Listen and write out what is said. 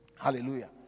Hallelujah